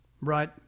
Right